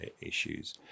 issues